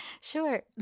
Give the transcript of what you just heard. Sure